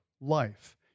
life